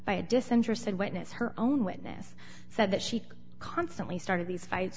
by a disinterested witness her own witness said that she constantly started these fights